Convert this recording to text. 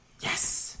Yes